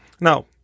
Now